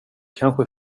kanske